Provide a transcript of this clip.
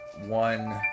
One